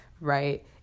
right